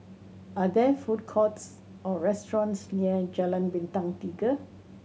are there food courts or restaurants near Jalan Bintang Tiga